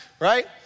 right